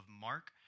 Mark